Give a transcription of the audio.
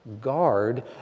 guard